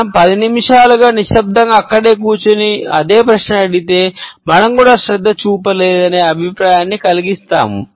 మనం పది నిమిషాలు నిశ్శబ్దంగా అక్కడ కూర్చుని అదే ప్రశ్న అడిగితే మనం కూడా శ్రద్ధ చూపలేదనే అభిప్రాయాన్ని కలిగిస్తాము